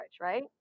right